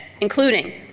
including